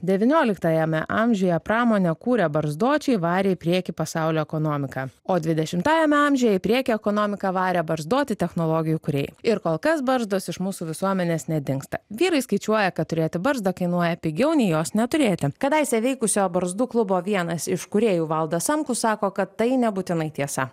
devynioliktajame amžiuje pramonę kūrę barzdočiai varė į priekį pasaulio ekonomiką o dvidešimtajame amžiuje į priekį ekonomiką varė barzdoti technologijų kūrėjai ir kol kas barzdos iš mūsų visuomenės nedingsta vyrai skaičiuoja kad turėti barzdą kainuoja pigiau nei jos neturėti kadaise veikusio barzdų klubo vienas iš kūrėjų valdas samkus sako kad tai nebūtinai tiesa